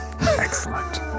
Excellent